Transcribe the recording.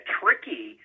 tricky